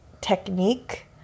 technique